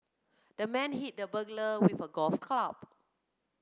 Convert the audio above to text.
the man hit the burglar with a golf club